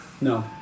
No